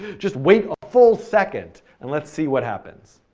just wait a full second. and let's see what happens.